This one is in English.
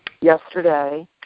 yesterday